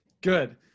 Good